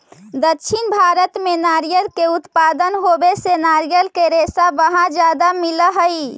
दक्षिण भारत में नारियर के उत्पादन होवे से नारियर के रेशा वहाँ ज्यादा मिलऽ हई